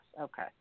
Okay